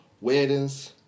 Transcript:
weddings